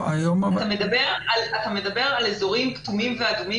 אתה מדבר על אזורים כתומים ואדומים